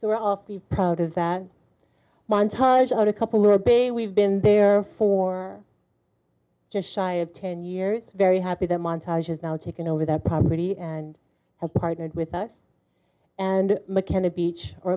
so we're awfully proud of that montage or a couple little bay we've been there for just shy of ten years very happy the montage has now taken over that property and have partnered with us and mckenna beach or